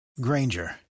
Granger